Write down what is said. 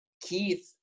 Keith